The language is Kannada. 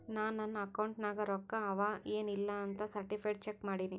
ನಾ ನನ್ ಅಕೌಂಟ್ ನಾಗ್ ರೊಕ್ಕಾ ಅವಾ ಎನ್ ಇಲ್ಲ ಅಂತ ಸರ್ಟಿಫೈಡ್ ಚೆಕ್ ಮಾಡಿನಿ